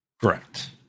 Correct